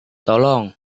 tolong